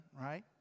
right